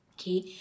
Okay